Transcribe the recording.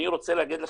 אני רוצה להגיד לכם,